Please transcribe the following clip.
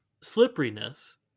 slipperiness